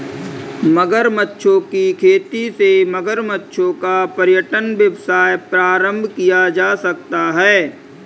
मगरमच्छों की खेती से मगरमच्छों का पर्यटन व्यवसाय प्रारंभ किया जा सकता है